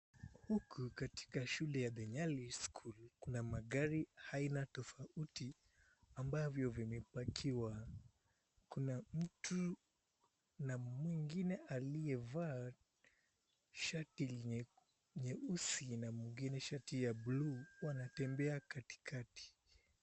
Huku katika shule ya, The Nyali School, kuna magari aina tofauti ambavyo vimepakiwa. Kuna mtu na mwingine aliyevaa shati nyeusi na mwingine shati ya buluu wanatembea katikati.